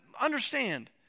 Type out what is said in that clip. understand